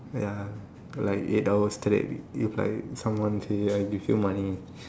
ya like eight hours straight if like someone say I give you money